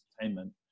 entertainment